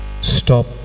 stop